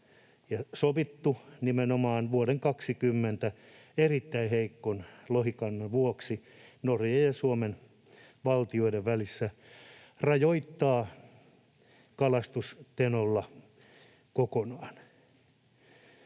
sovittu nimenomaan vuoden 20 erittäin heikon lohikannan vuoksi Norjan ja Suomen valtioiden välissä kalastuksen rajoittamisesta Tenolla kokonaan.